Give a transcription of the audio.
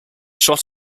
shot